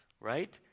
right